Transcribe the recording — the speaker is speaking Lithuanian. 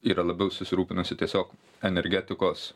yra labiau susirūpinusi tiesiog energetikos